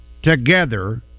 Together